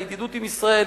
לידידות עם ישראל,